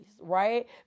right